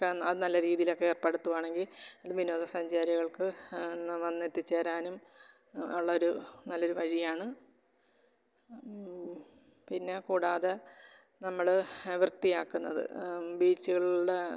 ഒക്കെ അത് നല്ല രീതിയിലൊക്കെ ഏര്പ്പെടുത്തുകയാണെങ്കിൽ അത് വിനോദസഞ്ചാരികള്ക്ക് വന്ന് എത്തിച്ചേരാനും ഉള്ള ഒരു നല്ല ഒരു വഴിയാണ് പിന്നെ കൂടാതെ നമ്മൾ വൃത്തിയാക്കുന്നത് ബീച്ച്കളിൽ